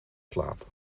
slaap